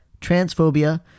transphobia